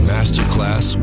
Masterclass